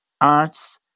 arts